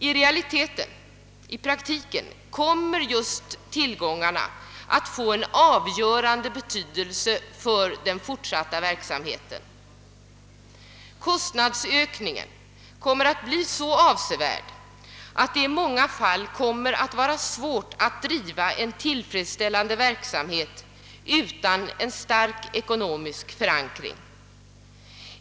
I praktiken kommer just tillgångarna att få en avgörande betydelse för den fortsatta verksamheten. Kostnadsökningen kommer att bli så avsevärd, att det i många fall kommer att vara svårt att driva en tillfredsställande verksamhet utan en stark ekonomisk förankring.